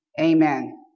Amen